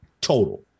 total